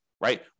right